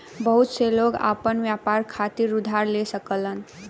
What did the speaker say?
बहुत से लोग आपन व्यापार खातिर उधार ले सकलन